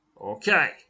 Okay